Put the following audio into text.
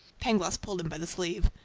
pangloss pulled him by the sleeve.